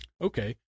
okay